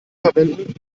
verwenden